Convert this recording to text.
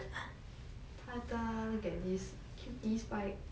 ta-da